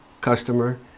customer